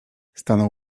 stanął